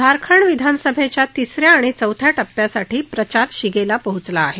झारखंड विधानसभेच्या तिसऱ्या आणि चौथ्या टप्प्यासाठी प्रचार शिगेला पोहोचला आहे